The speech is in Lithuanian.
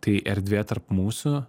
tai erdvė tarp mūsų